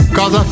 Cause